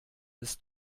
des